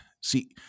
see